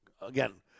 again